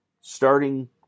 starting